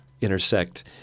intersect